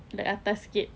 like atas sikit